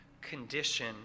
condition